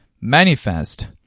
manifest